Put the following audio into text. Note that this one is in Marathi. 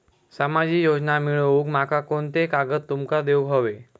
सामाजिक योजना मिलवूक माका कोनते कागद तुमका देऊक व्हये?